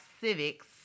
Civics